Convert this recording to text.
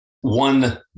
one